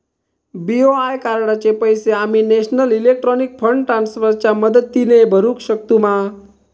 BOI कार्डाचे पैसे आम्ही नेशनल इलेक्ट्रॉनिक फंड ट्रान्स्फर च्या मदतीने भरुक शकतू मा?